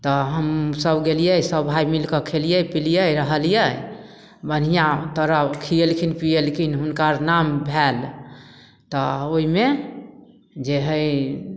तऽ हमसभ गेलिए सभ भाइ मिलिकऽ खेलिए पिलिए रहलिए बढ़िआँ तरह खिएलखिन पिएलखिन हुनकर नाम भेल तऽ ओहिमे जे हइ